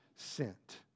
sent